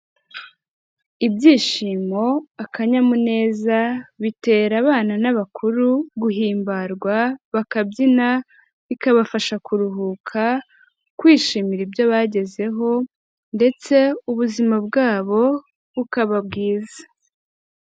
Ibyishimo, akanyamuneza, bitera abana n'abakuru guhimbarwa bakabyina, bikabafasha kuruhuka, kwishimira ibyo bagezeho, ndetse ubuzima bwabo bukaba bwiza.